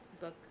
book